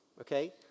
okay